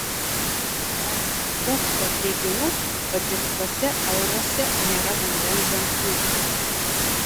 r upto teigimu padirbtuose euruose nėra vandens ženklų